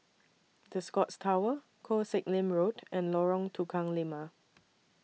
The Scotts Tower Koh Sek Lim Road and Lorong Tukang Lima